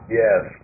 yes